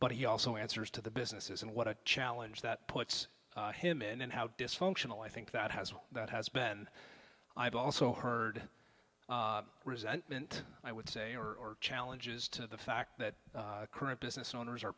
but he also answers to the businesses and what a challenge that puts him in and how dysfunctional i think that has that has been i've also heard resentment i would say or challenges to the fact that current business owners are